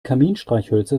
kaminstreichhölzer